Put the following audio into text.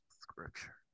Scripture